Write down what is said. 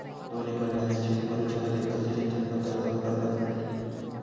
दोन एकर जमिनीत शेती करूच्या खातीर कसली सिंचन पध्दत कमी खर्चात मेलतली?